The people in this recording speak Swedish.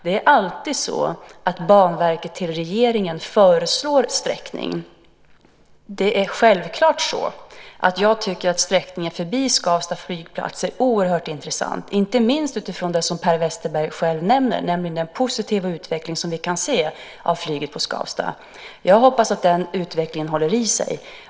Det är alltid så att Banverket föreslår sträckning till regeringen. Det är självklart så att jag tycker att sträckningen förbi Skavsta flygplats är oerhört intressant, inte minst utifrån det som Per Westerberg själv nämner, nämligen den positiva utveckling som vi kan se av flyget på Skavsta. Jag hoppas att den utvecklingen håller i sig.